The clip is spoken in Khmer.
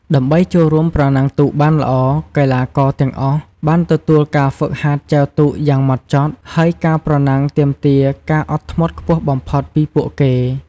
ដើម្បីចូលរួមប្រណាំងទូកបានល្អ កីឡាករទាំងអស់បានទទួលការហ្វឹកហាត់ចែវទូកយ៉ាងម៉ត់ចត់ ហើយការប្រណាំងទាមទារការអត់ធ្មត់ខ្ពស់បំផុតពីពួកគេ។